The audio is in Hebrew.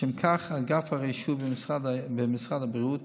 לשם כך אגף הרישוי במשרד הבריאות